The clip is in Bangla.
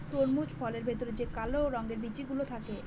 তরমুজ ফলের ভেতরে যে কালো রঙের বিচি গুলো থাকে